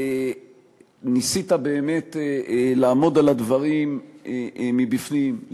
ניסית באמת לעמוד על הדברים מבפנים,